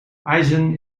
eisden